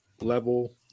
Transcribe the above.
level